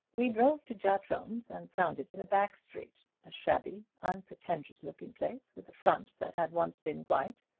we drove to giatron's and found it in a back street a shabby, unpretentious-looking place, with a front that had once been white,